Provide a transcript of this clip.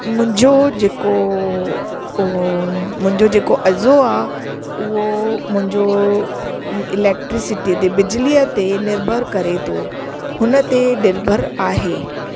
मुंहिंजो जेको मुंहिंजो जेको अॼो आहे उहो मुंहिंजो इलेक्ट्रिसिटी ते बिजलीअ ते निर्भर करे थो हुन ते निर्भर आहे